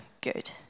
good